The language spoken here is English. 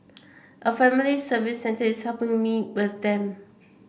a family service centre is helping me with them